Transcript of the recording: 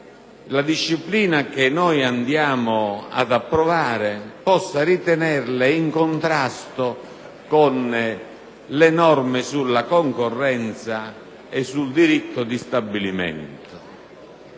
la disciplina che andiamo ad approvare in contrasto con le norme sulla concorrenza e sul diritto di stabilimento.